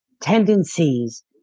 tendencies